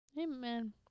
amen